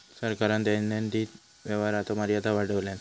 सरकारान दैनंदिन व्यवहाराचो मर्यादा वाढवल्यान